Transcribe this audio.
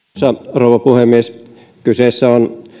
rouva puhemies kyseessä on